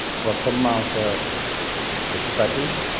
प्रथममा आउँछ खेतीपाती